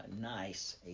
nice